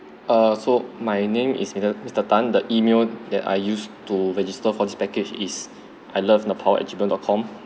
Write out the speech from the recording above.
err so my name is miste~ mister tan the email that I used to register for the package is I love nepal at G mail dot com